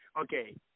Okay